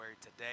today